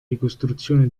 ricostruzione